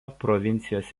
provincijos